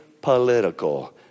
political